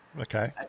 Okay